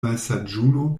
malsaĝulo